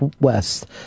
West